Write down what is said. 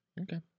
Okay